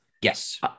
Yes